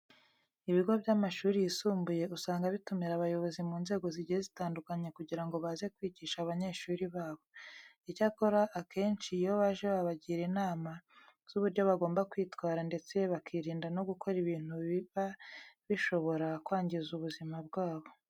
Ibigo by'amashuri yisumbuye usanga bitumira abayobozi mu nzego zigiye zitandukanye kugira ngo baze kwigisha abanyeshuri babo. Icyakora, akenshi iyo baje babagira inama z'uburyo bagomba kwitwara ndetse bakirinda no gukora ibintu biba bishobara kwangiza ubuzima bwabo.